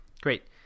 great